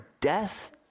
death